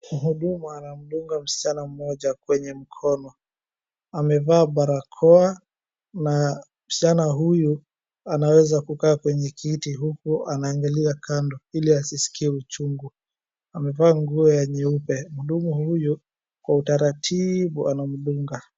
Mhudumu anamdunga msichana mmoja kwenye mkono. Amevaa barakoa na msichana huyu anaweza kukaa kwenye kiti huku na anaangalia kando ili asiskie uchungu. Amevaa nguo ya nyeupe. Mhudumu huyu kwa utaratibu anamdunga.